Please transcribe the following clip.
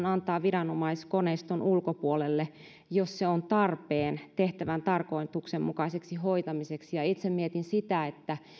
antaa viranomaiskoneiston ulkopuolelle jos se on tarpeen tehtävän tarkoituksenmukaiseksi hoitamiseksi itse mietin sitä että jos